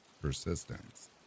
persistence